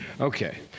Okay